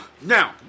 Now